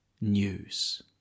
news